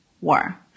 war